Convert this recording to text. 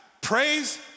Praise